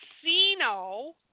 casino